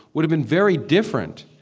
would have been very different